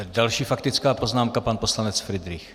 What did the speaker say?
Další faktická poznámka pan poslanec Fridrich.